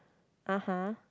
(uh huh)